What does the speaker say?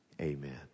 Amen